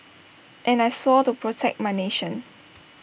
and I swore to protect my nation